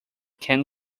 can